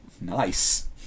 Nice